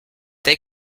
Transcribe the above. they